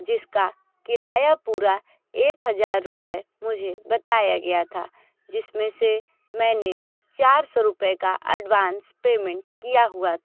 जिसका किराया पूरा एक हज़ार रुपए मुझे बताया गया था जिसमें से मैंने चार सौ रुपए का एडवांस पेमेंट किया हुआ था